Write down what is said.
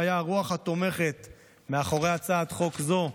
והיה הרוח התומכת מאחורי הצעת חוק זו,